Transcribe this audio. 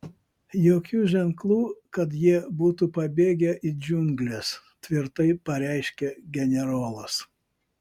jokių ženklų kad jie būtų pabėgę į džiungles tvirtai pareiškė generolas